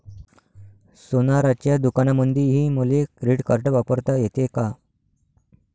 सोनाराच्या दुकानामंधीही मले क्रेडिट कार्ड वापरता येते का?